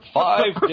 five